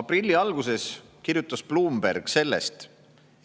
Aprilli alguses kirjutas Bloomberg sellest,